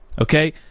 okay